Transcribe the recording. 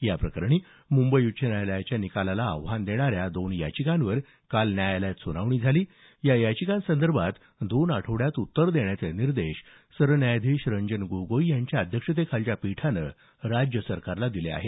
याप्रकरणी मुंबई उच्च न्यायालयाच्या निकालाला आव्हान देणाऱ्या दोन याचिकांवर काल न्यायालयात सुनावणी झाली या याचिकांसंदर्भात दोन आठवड्यात उत्तर देण्याचे निर्देश सरन्यायाधीश रंजन गोगोई यांच्या अध्यक्षतेखालच्या पीठानं राज्य सरकारला दिले आहेत